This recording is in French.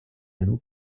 nous